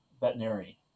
veterinary